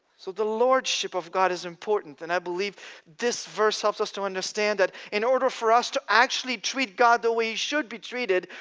so the lordship of god is important and i believe this verse helps us to understand that in order for us to actually treat god the way he should be treated,